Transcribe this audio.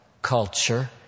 Culture